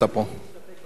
אני מסתפק בתשובה.